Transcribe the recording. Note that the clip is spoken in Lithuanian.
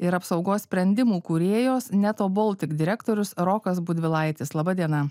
ir apsaugos sprendimų kūrėjos neto boltik direktorius rokas budvilaitis laba diena